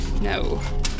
No